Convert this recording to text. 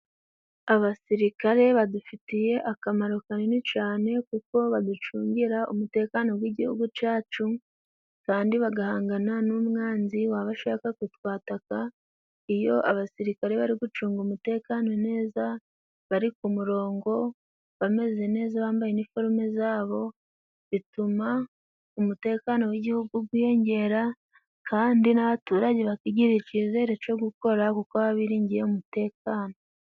Abasirikare badufitiye akamaro kanini cyane, kuko baducungira umutekano w'igihugu cyacu, kandi bagahangana n'umwanzi waba ashaka kutwataka, iyo abasirikare bari gucunga umutekano neza, bari ku murongo bameze neza, bambaye iniforume zabo bituma umutekano w'igihugu gwiyongera, kandi n'abaturage bakigirira icyizere cyo gukora, kuko baba biringiye umutekano.